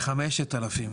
כ-5,000.